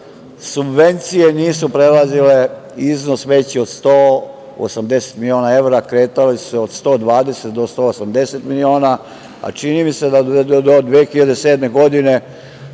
subvencije nisu prelazile iznos veći od 180 miliona evra, kretali su se od 120 do 180 miliona, a čini mi se da do 2007. godine,